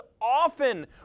often